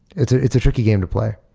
it's ah it's a tricky game to play.